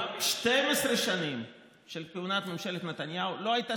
ב-12 שנים של כהונת ממשלת נתניהו לא הייתה